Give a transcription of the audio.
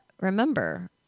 remember